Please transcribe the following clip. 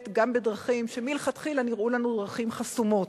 גם בדרכים שמלכתחילה נראו לנו דרכים חסומות.